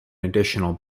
additional